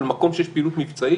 אבל במקום שיש פעילות מבצעית